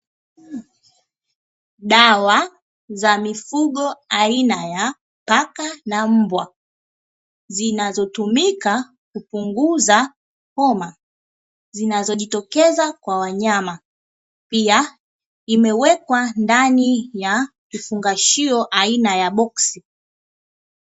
Dawa za mifugo aina ya paka na mbwa, zinazotumika kupunguza homa zinazojitokeza kwa wanyama, pia imewekwa ndani ya kifungashio aina ya boksi.